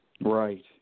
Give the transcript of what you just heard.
Right